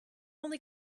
only